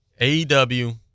AEW